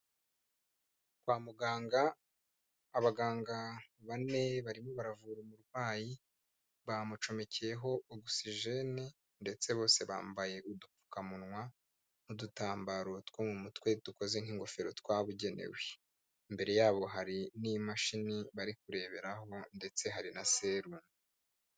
Kwa muganga abaganga bane barimo baravura umurwayi, bamucomekeyeho oxygen, ndetse bose bambaye udupfukamunwa, n'udutambaro two mu mutwe dukoze nk'ingofero twabugenewe. Imbere yabo hari n'imashini bari kureberaho, ndetse hari na serumu.